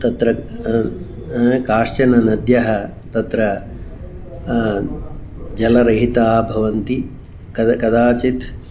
तत्र काश्चन नद्यः तत्र जलरहिताः भवन्ति कद् कदाचित्